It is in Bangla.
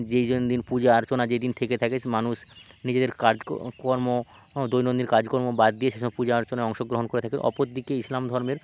যেই জন দিন পূজা আর্চনা যেদিন থেকে থাকে মানুষ নিজেদের কাজ ক কর্ম দৈনন্দিন কাজ কর্ম বাদ দিয়ে সেই সব পূজা আর্চনায় অংশগ্রহণ করে থাকে অপর দিকে ইসলাম ধর্মের